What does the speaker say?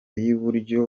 y’uburyo